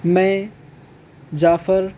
میں جعفر